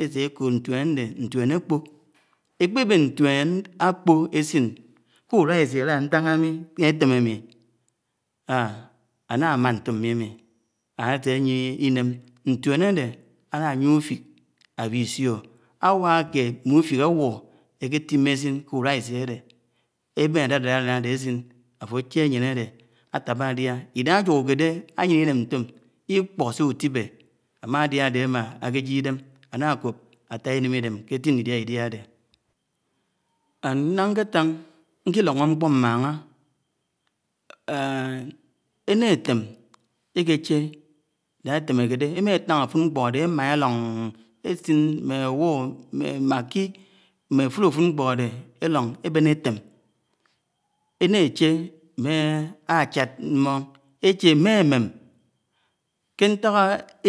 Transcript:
. Ése ékod ńtuen áde ńtuen ákpo ékpeben ńtuenákpo ésin ke úlesi ála átanga ḿmi ńna eťem ámi ha! ánáma ńtem mimi, aseýie ińem, ntuén áde álayié úfit, áwisio, áwak kéd ńne úfik áwo ke étimé esin ke ulesi ade, eben adadad alan adw ésin áfo áche áyen áde atàba ádia Idahà aj́ahoké dé, anie ınem ńtém iḱpó síwú tibé ámádia áde ámmá ákejie idém ánna ákop attá ineḿ idem ké étti ńlidá ké idia dé náhá nketán, ńké lọnhó nḱpo ḿmahà, énetém ékeche idahá ateméke-de, amatán afuk nkpo áde. ēma ēloń ésin ḿme ágwo, makki ḿmé afud afud ḿkpa ade ēloń ébené etém àne àche ḿme achád mmon, éche ḿme ḿon, ké ntak